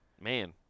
Man